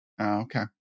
Okay